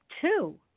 two